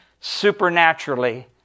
supernaturally